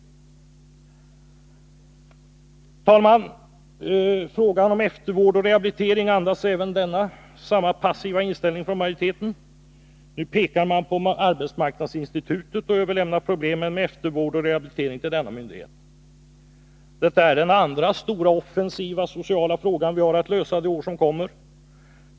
Herr talman! Frågan om eftervård och rehabilitering andas även den samma passiva inställning från majoriteten. Nu pekar man på arbetsmarknadsinstitutet och överlämnar problemen med eftervård och rehabilitering till denna myndighet. Detta är den andra stora, offensiva sociala fråga vi har att lösa de år som kommer.